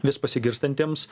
vis pasigirstantiems